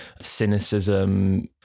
cynicism